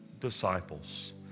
disciples